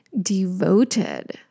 devoted